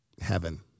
heaven